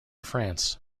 france